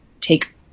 take